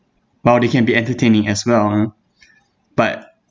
while they can be entertaining as well but